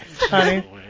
Honey